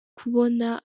kubona